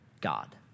God